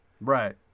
Right